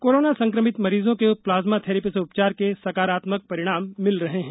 corona संक्रमित मरीजों के प्लाज्मा थैरेपी से उपचार के सकारात्मक परिणाम मिल रहे हैं